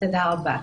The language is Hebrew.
תודה רבה.